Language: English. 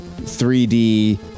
3D